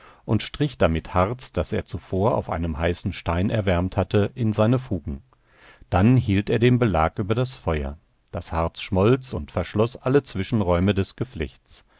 und strich damit harz das er zuvor auf einem heißen stein erwärmt hatte in seine fugen dann hielt er den belag über das feuer das harz schmolz und verschloß alle zwischenräume des geflechts